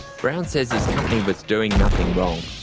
brown says his company was doing nothing wrong.